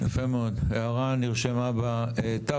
יפה מאוד, ההערה נרשמה בטאבו.